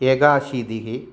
एकाशीतिः